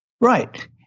Right